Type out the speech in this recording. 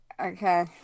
okay